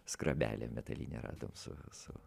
skrabelę metalinę radom su su